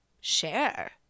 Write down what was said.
share